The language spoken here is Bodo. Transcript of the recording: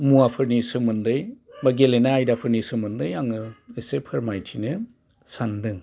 मुवाफोरनि सोमोन्दै बा गेलेनाय आयदिफोरनि सोमोन्दै आङो एसे फोरमायथिनो सान्दों